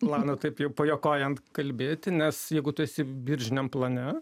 planą taip jau pajuokaujant kalbėti nes jeigu tu esi biržiniam plane